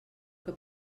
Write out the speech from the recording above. que